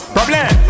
Problem